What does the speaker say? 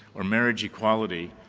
or marriage equality,